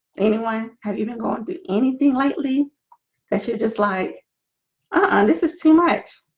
anyone have you been going to anything lately that you're just like and this is too much